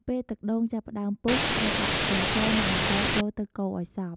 ពេលទឹកដូងចាប់ផ្ដើមពុះ ត្រូវដាក់ ស្ករស និង អំបិល ចូលទៅកូរឱ្យសព្វ។